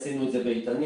עשינו את זה באיתנים,